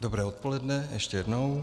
Dobré odpoledne ještě jednou.